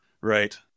right